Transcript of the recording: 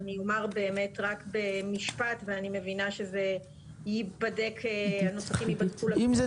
זה נגמר רק במשפט ואני מבינה שהנוסחים ייבדקו --- אם זה